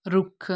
ਰੁੱਖ